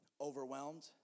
Overwhelmed